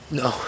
no